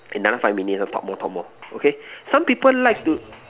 another five minutes talk more talk more okay some people like to